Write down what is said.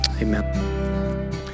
Amen